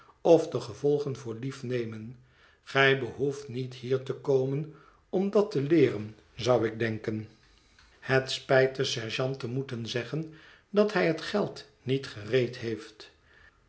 of de gevolgen voor lief nemen gij behoeft niet hier te komen om dat te leeren zou ik denken het spijt den sergeant te moeten zeggen dat hij het geld niet gereed heeft